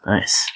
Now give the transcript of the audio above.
Nice